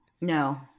No